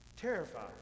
Terrified